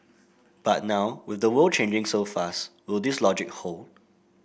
but now with the world changing so fast will this logic hold